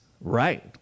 right